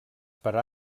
per